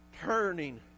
turning